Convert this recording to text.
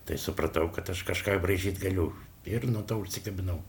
tai supratau kad aš kažką braižyt galiu ir nuo to užsikabinau